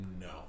No